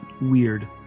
weird